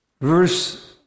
verse